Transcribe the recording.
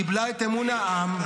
קיבלה את אמון העם,